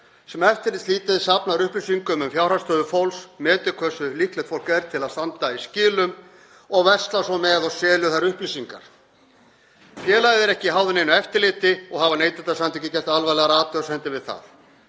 sem eftirlitslítið safnar upplýsingum um fjárhagsstöðu fólks, metur hversu líklegt fólk er til að standa í skilum og verslar svo með og selur þær upplýsingar. Félagið er ekki háð neinu eftirliti og hafa Neytendasamtökin gert alvarlegar athugasemdir við það.